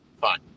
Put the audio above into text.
Fine